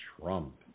Trump